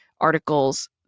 articles